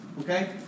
Okay